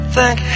Thank